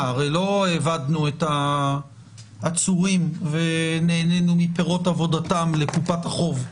ולא העבדנו את העצורים ונהנינו מפירות עבודתם לקופת החוב.